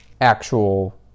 actual